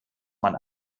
man